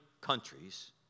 countries